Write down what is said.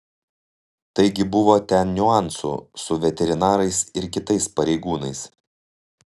taigi buvo ten niuansų su veterinarais ir kitais pareigūnais